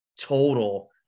total